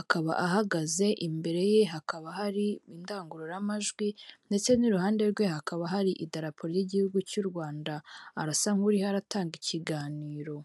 akaba ahagaze imbere ye hakaba hari indangururamajwi ndetse n'iruhande rwe hakaba hari idaraporo ry'igihugu cy'u Rwanda arasa nk'uriho aratanga ikiganiro.